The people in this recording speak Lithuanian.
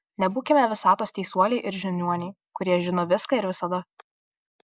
nebūkime visatos teisuoliai ir žiniuoniai kurie žino viską ir visada